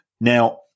Now